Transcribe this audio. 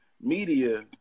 Media